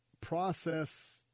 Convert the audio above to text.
process